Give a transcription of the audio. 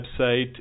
website